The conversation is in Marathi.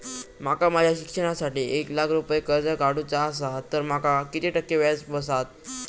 माका माझ्या शिक्षणासाठी एक लाख रुपये कर्ज काढू चा असा तर माका किती टक्के व्याज बसात?